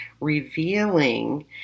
revealing